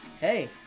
Hey